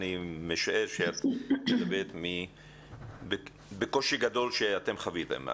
אני משער שאת מדברת על קושי גדול שאתם חוויתם.